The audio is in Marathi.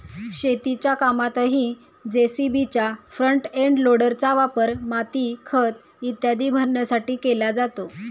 शेतीच्या कामातही जे.सी.बीच्या फ्रंट एंड लोडरचा वापर माती, खत इत्यादी भरण्यासाठी केला जातो